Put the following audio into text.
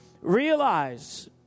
realize